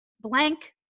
blank